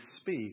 speak